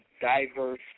diverse